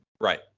Right